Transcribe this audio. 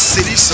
City